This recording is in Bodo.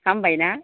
हामबायना